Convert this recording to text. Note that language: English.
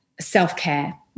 self-care